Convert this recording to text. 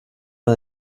mal